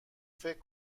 فکر